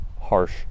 harsh